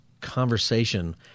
conversation